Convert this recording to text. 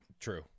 true